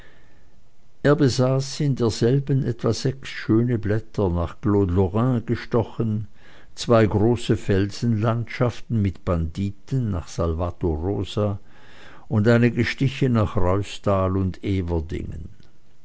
er besaß in derselben etwa sechs schöne blätter nach claude lorrain gestochen zwei große felsenlandschaften mit banditen nach salvator rosa und einige stiche nach ruisdael und